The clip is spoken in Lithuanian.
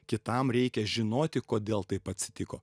kitam reikia žinoti kodėl taip atsitiko